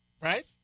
Right